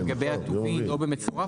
אבל הוא חל באופן רוחבי על כל העוסקים במשק.